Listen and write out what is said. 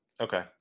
Okay